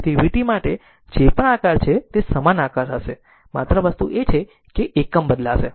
તેથી v t માટે જે પણ આકાર છે તે સમાન આકાર હશે માત્ર વસ્તુ એ છે કે એકમ બદલાશે